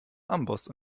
amboss